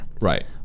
Right